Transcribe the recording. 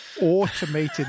automated